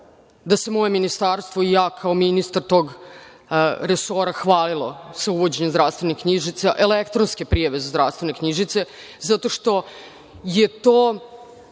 da se moje Ministarstvo i ja kao ministar tog resora hvalilo sa uvođenjem zdravstvenih knjižica, elektronske prijave za zdravstvene knjižice, zato što je to